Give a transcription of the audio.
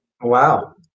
Wow